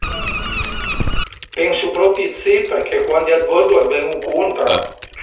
Pensu propi 'd si perché quandi a të vëdu a të ven-u ëncuntra